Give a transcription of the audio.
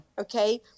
Okay